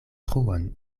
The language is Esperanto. truon